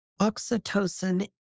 oxytocin